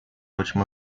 última